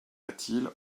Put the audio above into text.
latil